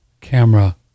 camera